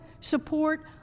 support